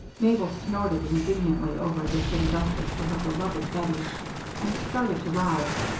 mabel snorted indignantly over this injustice to her beloved bettie and started to rise,